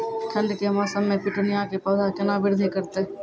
ठंड के मौसम मे पिटूनिया के पौधा केना बृद्धि करतै?